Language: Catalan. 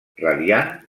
radiant